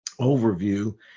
overview